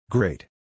Great